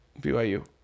BYU